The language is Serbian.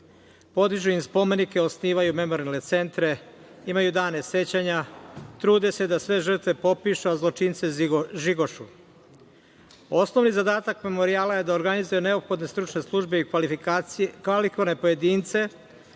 Podižu im spomenike, osnivaju memorijalne centre, imaju dane sećanja, trude se da sve žrtve popišu, a zločince žigošu. Osnovni zadatak memorijala je da organizuje neophodne stručne službe i kvalifikuje pojedince